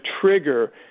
trigger